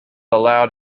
allowed